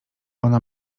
ona